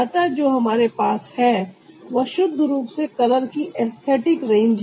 अतः जो हमारे पास है वह शुद्ध रूप से कलर की एसथेटिक रेंज है